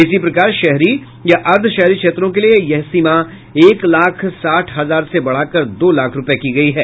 इसी प्रकार शहरी या अर्ध शहरी क्षेत्रों के लिए यह सीमा एक लाख साठ हजार से बढ़ाकर दो लाख रूपये की गई है